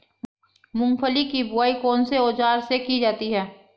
मूंगफली की बुआई कौनसे औज़ार से की जाती है?